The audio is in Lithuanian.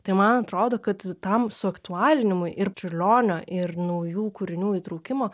tai man atrodo kad tam suaktualinimui ir čiurlionio ir naujų kūrinių įtraukimo